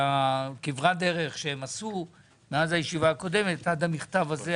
וכברת הדרך שהם עשו מאז הישיבה הקודמת עד המכתב הזה,